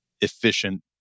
efficient